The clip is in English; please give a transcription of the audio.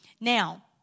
Now